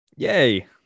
Yay